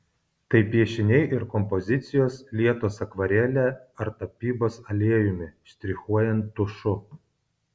tai piešiniai ir kompozicijos lietos akvarele ar tapybos aliejumi štrichuojant tušu